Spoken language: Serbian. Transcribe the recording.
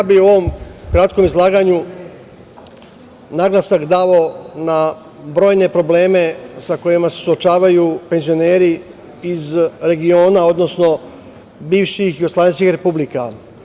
U ovom kratkom izlaganju bih naglasak stavio na brojne probleme sa kojima se suočavaju penzioneri iz regiona, odnosno bivših jugoslovenskih republika.